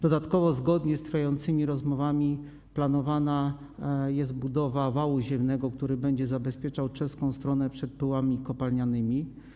Dodatkowo zgodnie z trwającymi rozmowami planowana jest budowa wału ziemnego, który będzie zabezpieczał czeską stronę przed pyłami kopalnianymi.